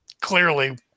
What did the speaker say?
clearly